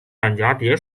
蛱蝶